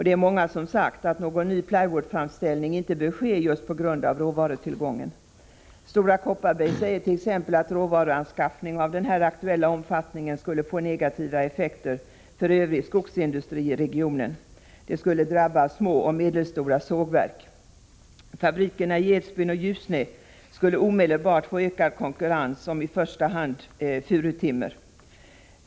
Det är många som sagt att någon ny plywoodframställning inte bör ske just med tanke på råvartillgången. Stora Kopparberg säger t.ex. att råvaruanskaffning av den här aktuella omfattningen skulle få negativa effekter för övrig skogsindustri i regionen. Det skulle drabba små och medelstora sågverk. Fabrikerna i Edsbyn och Ljusne skulle omedelbart få ökad konkurrens om i första hand furutimmer.